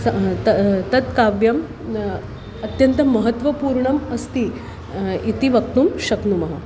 तत् काव्यम् अत्यन्तं महत्त्वपूर्णम् अस्ति इति वक्तुं शक्नुमः